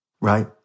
right